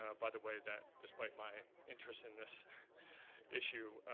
ah by the way, that despite my interest in this issue,